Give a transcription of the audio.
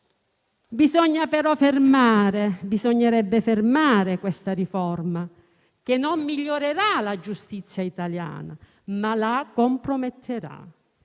volte la fiducia. Bisognerebbe fermare questa riforma, che non migliorerà la giustizia italiana, ma la comprometterà.